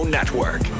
Network